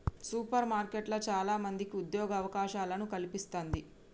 super మార్కెట్లు చాల మందికి ఉద్యోగ అవకాశాలను కల్పిస్తంది